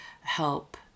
help